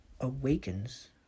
awakens